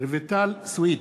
רויטל סויד,